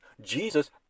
Jesus